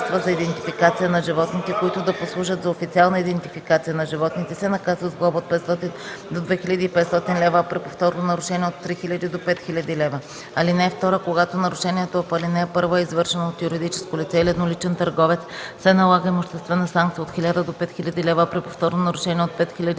лв. (2) Когато нарушението по ал. 1 е извършено от юридическо лице или едноличен търговец, се налага имуществена санкция от 1000 до 5000 лв., а при повторно нарушение – от 5000 до